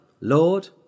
Lord